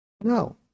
No